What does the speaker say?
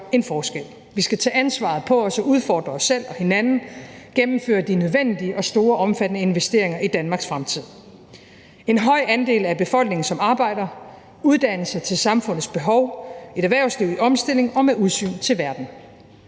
en forskel. Vi skal tage ansvaret på os og udfordre os selv og hinanden, gennemføre de nødvendige og store og omfattende investeringer i Danmarks fremtid, altså en høj andel af befolkningen, som arbejder, uddannelser til samfundets behov, et erhvervsliv i omstilling og med udsyn til verden.